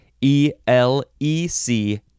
E-L-E-C-